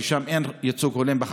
שם אין ייצוג הולם.